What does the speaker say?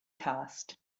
cast